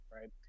Right